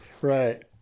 Right